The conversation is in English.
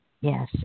Yes